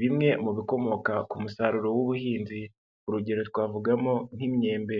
bimwe mu bikomoka ku musaruro w'ubuhinzi urugero twavugamo nk'imyembe.